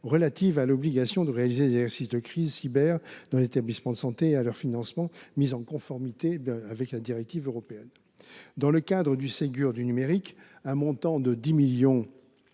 relative à l’obligation de réaliser des exercices de crise cyber dans les établissements de santé et à leur financement, mise en conformité avec la directive européenne. Dans le cadre du Ségur du numérique, un montant de 10 millions